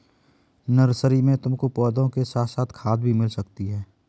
nursery में तुमको पौधों के साथ साथ खाद भी मिल सकती है